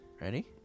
Ready